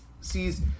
sees